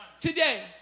today